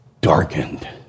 darkened